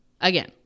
again